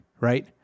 Right